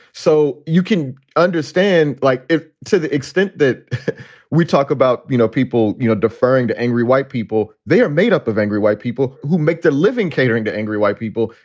so you can understand, like, if to the extent that we talk about, you know, people, you know, deferring to angry white people, they are made up of angry white people who make their living catering to angry white people.